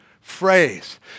phrase